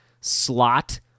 slot